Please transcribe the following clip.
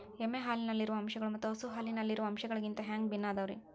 ಎಮ್ಮೆ ಹಾಲಿನಲ್ಲಿರೋ ಅಂಶಗಳು ಮತ್ತ ಹಸು ಹಾಲಿನಲ್ಲಿರೋ ಅಂಶಗಳಿಗಿಂತ ಹ್ಯಾಂಗ ಭಿನ್ನ ಅದಾವ್ರಿ?